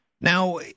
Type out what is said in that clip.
Now